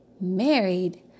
married